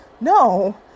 no